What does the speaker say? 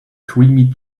creamy